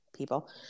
people